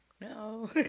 no